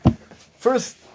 First